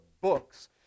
books